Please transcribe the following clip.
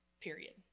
period